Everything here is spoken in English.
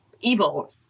evil